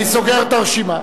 אני סוגר את הרשימה.